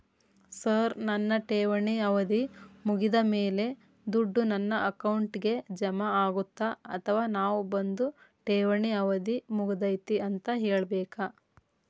Sir ನನ್ನ ಠೇವಣಿ ಅವಧಿ ಮುಗಿದಮೇಲೆ, ದುಡ್ಡು ನನ್ನ ಅಕೌಂಟ್ಗೆ ಜಮಾ ಆಗುತ್ತ ಅಥವಾ ನಾವ್ ಬಂದು ಠೇವಣಿ ಅವಧಿ ಮುಗದೈತಿ ಅಂತ ಹೇಳಬೇಕ?